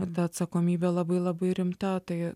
ir ta atsakomybė labai labai rimta tai